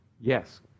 Yes